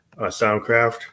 soundcraft